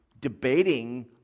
debating